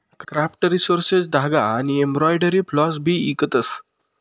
craft resources धागा आनी embroidery floss भी इकतस